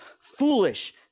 foolish